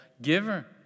giver